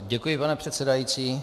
Děkuji, pane předsedající.